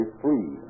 free